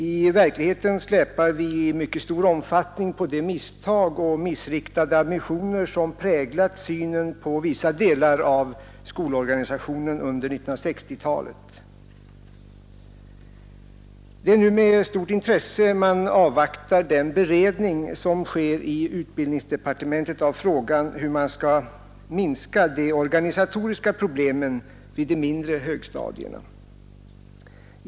I verkligheten släpar vi i mycket stor omfattning på de misstag och de missriktade ambitioner som präglat synen på vissa delar av skolorganisationen under 1960-talet. Det är nu med stort intresse man avvaktar den beredning som sker i utbildningsdepartementet av frågan hur man skall minska de organisatoriska problemen vid de mindre högstadierna.